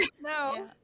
No